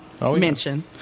Mention